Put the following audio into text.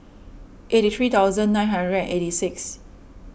eighty three thousand nine hundred and eighty six